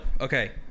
okay